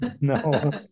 No